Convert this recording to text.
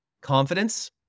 confidence